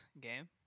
game